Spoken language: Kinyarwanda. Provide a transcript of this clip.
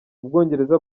ubwongereza